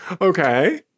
Okay